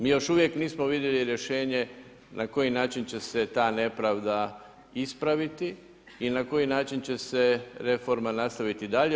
Mi još uvijek nismo vidjeli rješenje na koji način će se ta nepravda ispraviti i na koji način će se reforma nastaviti dalje.